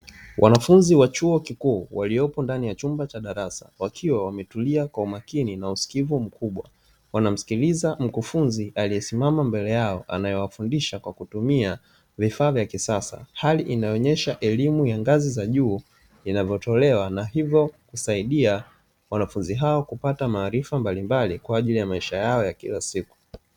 Wanafunzi wa chuo kikuu waliopo ndani ya chumba cha darasa wakiwa wametulia kwa umakini na usikivu mkubwa, wanamsikiliza mkufunzi aliyesimama mbele yao akiwafundisha kwa kutumia vifaa vya kisasa, hali inayoonyesha elimu ya ngazi ya juu inavotolewa na hivyo kusaidia wanafunzi hao kupata maarifa mbalimbali kwa ajili ya maisha yao ya kila siku.